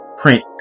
print